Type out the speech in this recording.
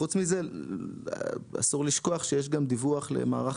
חוץ מזה, אסור לשכוח שיש גם דיווח למערך